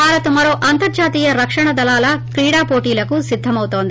భారత్ మరో అంతర్జాతీయ రక్షణ దళాల క్రీడా పోటీలకు సిద్దమవుతోంది